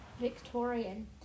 Victorian